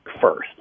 first